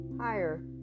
higher